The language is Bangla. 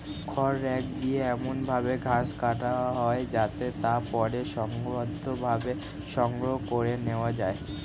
খড় রেক দিয়ে এমন ভাবে ঘাস কাটা হয় যাতে তা পরে সংঘবদ্ধভাবে সংগ্রহ করে নেওয়া যায়